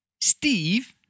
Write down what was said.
Steve